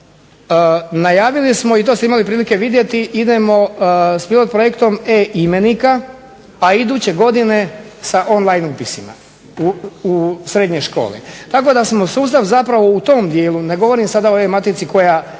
najavili smo i to ste imali prilike vidjeti idemo s pilot projektom e-imenika, pa i duže godine sa on line upisima u srednje škole. Tako da smo sustav u tom dijelu ne govorim sada o ovoj matici koja